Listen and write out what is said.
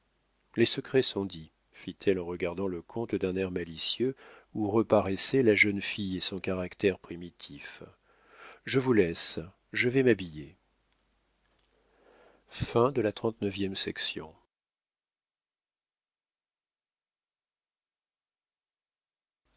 les secrets sont dits fit-elle en regardant le comte d'un air malicieux où reparaissait la jeune fille et son caractère primitif je vous laisse je vais m'habiller